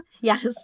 yes